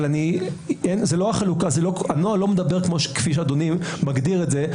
אבל הנוהל לא מדבר כפי שאדוני מגדיר את זה,